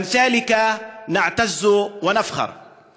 אנו מתגאים ומתפארים באנשים כמותך.